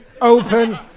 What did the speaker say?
open